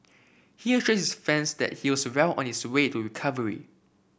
he assured his fans that he was well on his way to recovery